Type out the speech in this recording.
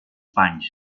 panys